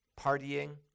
partying